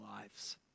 lives